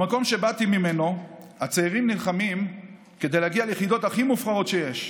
במקום שבאתי ממנו הצעירים נלחמים כדי להגיע ליחידות הכי מובחרות שיש.